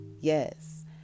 yes